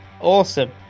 Awesome